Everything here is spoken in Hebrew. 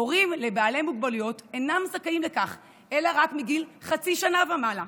הורים לבעלי מוגבלויות אינם זכאים לכך אלא רק מגיל חצי שנה ומעלה,